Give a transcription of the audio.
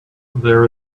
there